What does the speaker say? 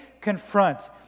confront